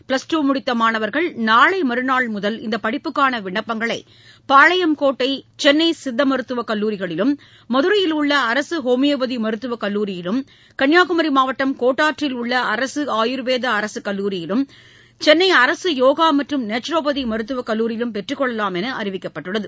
plus two முடித்த மாணவர்கள் நாளை மறுநாள் முதல் இந்த படிப்புக்கான விண்ணப்பங்களை பாளையங்கோட்டை சென்னை சித்த மருத்துவக் கல்லூரிகளிலும் மதுரையில் உள்ள அரசு ஹோமியோபதி மருத்துவக் கல்லுரியிலும் கன்னியாகுமரி மாவட்டம் கோட்டாறில் உள்ள அரசு ஆயுர்வேத அரசு கல்லூரியிலும் சென்னை அரசு யோகா மற்றும் நேச்சுரோபதி மருத்துவக் கல்லூரியிலும் பெற்றுக் கொள்ளலாம் என்று அறிவிக்கப்பட்டுள்ளது